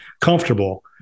comfortable